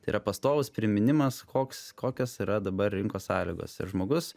tai yra pastovus priminimas koks kokios yra dabar rinkos sąlygos ir žmogus